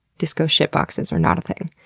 disco shit boxes are not a thing.